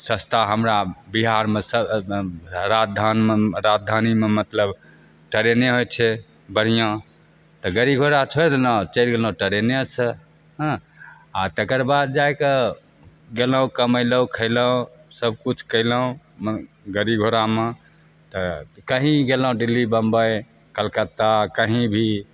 सस्ता हमरा बिहारमे राजधान राजधानीमे मतलब ट्रेने होइ छै बढ़िआँ तऽ गाड़ी घोड़ा छोड़ि देलहुँ चलि गेलहुँ ट्रेनेसे हँ आओर तकरबाद जाके गेलहुँ कमैलहुँ खएलहुँ सबकिछु कएलहुँ मने गाड़ी घोड़ामे तऽ कहीँ भी गेलहुँ दिल्ली बम्बै कलकत्ता कहीँ भी